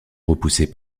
repoussée